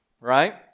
right